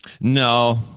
No